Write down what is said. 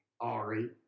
Ari